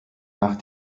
nach